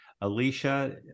Alicia